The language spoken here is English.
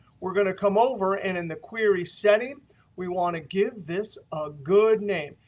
we're going to come over. and in the query setting we want to give this a good name.